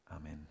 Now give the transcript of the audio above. amen